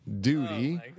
duty